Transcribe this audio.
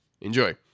Enjoy